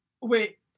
wait